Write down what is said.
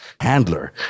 handler